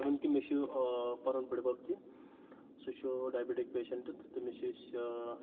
even کہِ مےٚ چھُ پنُن بٔڑبَب تہِ سُہ چھُ ڈایبٹِک پیشنٹ تہٕ مےٚ چھُ یُس